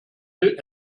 will